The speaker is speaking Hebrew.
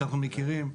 שאנחנו מכירים.